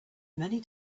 many